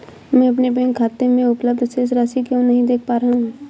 मैं अपने बैंक खाते में उपलब्ध शेष राशि क्यो नहीं देख पा रहा हूँ?